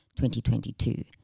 2022